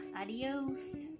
Adios